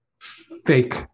fake